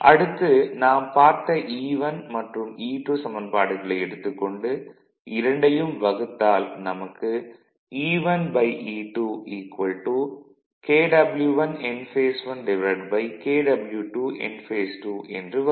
அடுத்து நாம் பார்த்த E1 மற்றும் E2 சமன்பாடுகளை எடுத்துக் கொண்டு இரண்டையும் வகுத்தால் நமக்கு E1 E2 Kw1 Nph1 Kw2 Nph2 என்று வரும்